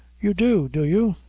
you do! do you?